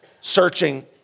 searching